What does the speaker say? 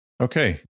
Okay